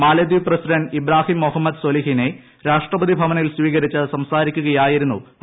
മാലെദ്വീപ് president Ibrahim Mohamed സൊലിഹിനെ രാഷ്ട്രപതി ഭവനിൽ സ്വീകരിച്ച് സംസാരിക്കുകയായിരുന്നു അദ്ദേഹം